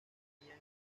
tenían